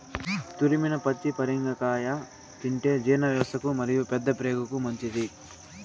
తురిమిన పచ్చి పరింగర కాయ తింటే జీర్ణవ్యవస్థకు మరియు పెద్దప్రేగుకు మంచిది